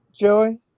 Joey